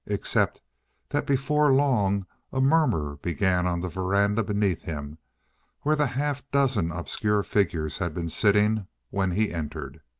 except that before long a murmur began on the veranda beneath him where the half-dozen obscure figures had been sitting when he entered.